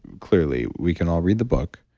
clearly we can all read the book.